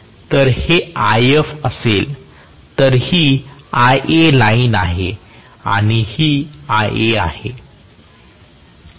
तर हे If असेल तर आणि ही Iline आहे आणि ही Ia आहे